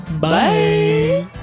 bye